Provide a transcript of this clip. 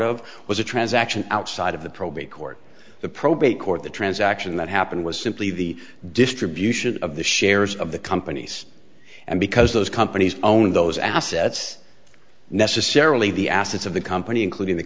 of was a transaction outside of the probate court the probate court the transaction that happened was simply the distribution of the shares of the companies and because those companies own those assets necessarily the assets of the company